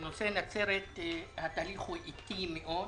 בנושא נצרת התהליך איטי מאוד.